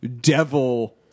devil